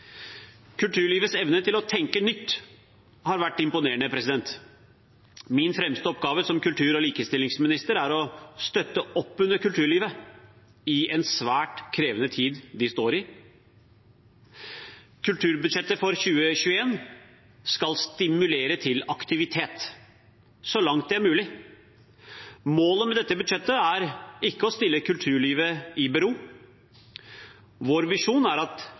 Kulturlivets evne til å tenke nytt har vært imponerende. Min fremste oppgave som kultur- og likestillingsminister er å støtte opp under kulturlivet i den svært krevende tiden de står i. Kulturbudsjettet for 2021 skal stimulere til aktivitet så langt det er mulig. Målet med dette budsjettet er ikke å stille kulturlivet i bero. Vår visjon er at